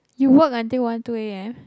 you work until one two A_M